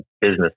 business